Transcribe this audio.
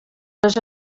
les